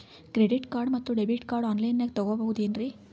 Credit card ಮತ್ತು debit card ಆನ್ ಲೈನಾಗ್ ತಗೋಬಹುದೇನ್ರಿ?